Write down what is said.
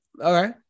okay